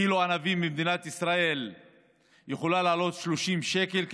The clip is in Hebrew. שקילו ענבים במדינת ישראל יכול לעלות 30 שקל,